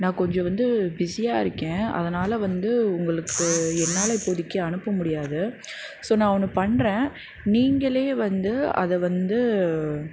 நான் கொஞ்சம் வந்து பிஸியாக இருக்கேன் அதனால் வந்து உங்களுக்கு என்னால் இப்போதைக்கி அனுப்ப முடியாது ஸோ நான் ஒன்று பண்ணுறேன் நீங்களே வந்து அதை வந்து